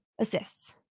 assists